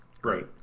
Great